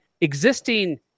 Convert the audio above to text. existing